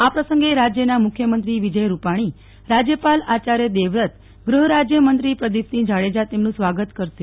આ પ્રસંગે રાજ્યના મુખ્યમંત્રી વિજય સ્માણી રાજ્યપાલ આચાર્ય દેવવ્રત ગ્રહરાજ્યમંત્રી પ્રદિપસિંહ જાડેજા તેમનું સ્વાગત કરશે